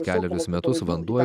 kelerius metus vanduo